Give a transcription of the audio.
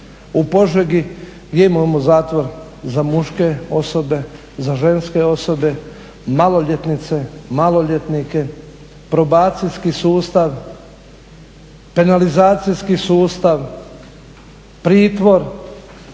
U Požegi gdje imao zatvor za muške osobe, za ženske osobe, maloljetnice, maloljetnike, probacijski sustav, penalizacijski sustav, pritvor